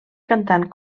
cantant